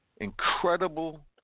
incredible